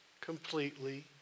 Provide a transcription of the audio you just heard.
completely